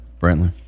Brantley